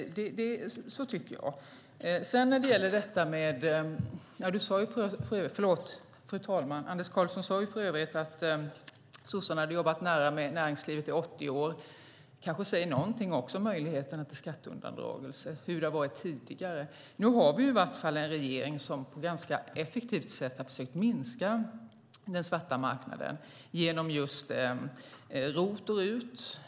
Fru talman! Anders Karlsson sade att sossarna hade jobbat nära med näringslivet i 80 år. Det kanske säger något om möjligheterna till skatteundandragelse, hur det har varit tidigare. Nu har vi en regering som på ett ganska effektivt sätt försöker minska den svarta marknaden genom ROT och RUT.